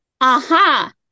Aha